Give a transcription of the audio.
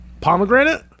Pomegranate